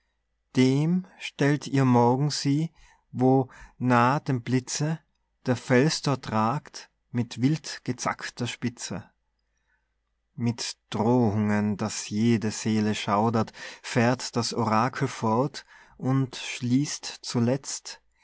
dem stellt ihr morgen sie wo nah dem blitze der fels dort ragt mit wildgezackter spitze mit drohungen daß jede seele schaudert fährt das orakel fort und schließt zuletzt